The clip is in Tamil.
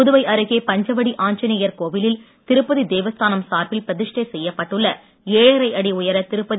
புதுவை அருகே பஞ்சவடி ஆஞ்சனேயர் கோவிலில் திருப்பதி தேவஸ்தானம் சார்பில் பிரதிஷ்டை செய்யப்பட்டுள்ள ஏழரை அடி உயர திருப்பதி